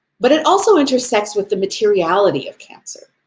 but it also intersects with the materiality of cancer.